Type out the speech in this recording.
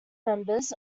members